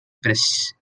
press